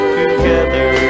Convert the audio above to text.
together